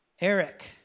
Eric